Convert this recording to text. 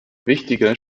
wichtiger